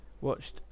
watched